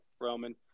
Roman